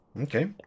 Okay